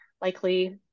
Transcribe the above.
likely